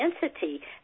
density